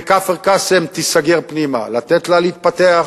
וכפר-קאסם תיסגר פנימה, לתת לה להתפתח,